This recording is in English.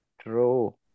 true